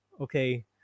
Okay